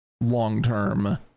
long-term